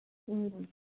ꯎꯝ